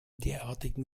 derartigen